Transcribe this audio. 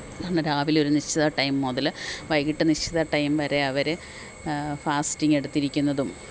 രാവിലെ ഒരു നിശ്ചിത ടൈം മുതല് വൈകീട്ട് നിശ്ചിത ടൈം വരെ അവര് ഫാസ്റ്റിങ്ങെടുത്തിരിക്കുന്നതും